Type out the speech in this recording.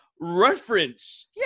reference